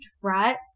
right